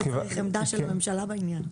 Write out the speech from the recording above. וצריך עמדה של הממשלה בעניין.